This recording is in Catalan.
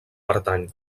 pertany